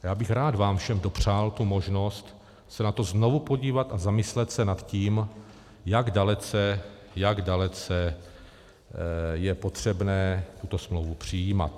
Já bych rád vám všem dopřál možnost se na to znovu podívat a zamyslet se nad tím, jak dalece je potřebné tuto smlouvu přijímat.